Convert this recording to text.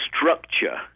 structure